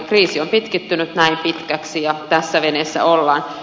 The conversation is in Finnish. kriisi on pitkittynyt näin pitkäksi ja tässä veneessä ollaan